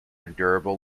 endurable